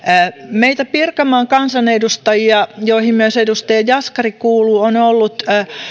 meitä pirkanmaan kansanedustajia joihin myös edustaja jaskari kuuluu